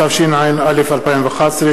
התשע"א 2011,